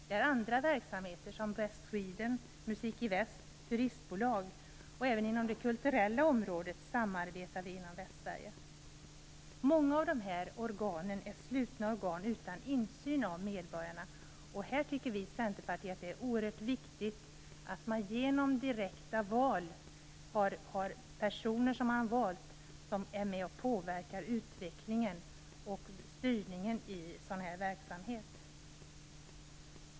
Vidare finns det verksamheter som exempelvis West Sweden, Musik i Väst och turistbolag. Även inom det kulturella området samarbetar vi i Västsverige. Många av de här organen är slutna organ utan insyn från medborgarnas sida. Vi i Centerpartiet tycker att det är oerhört viktigt att genom direkta val ha personer som man valt och som är med och påverkar utvecklingen och styrningen i sådan här verksamhet.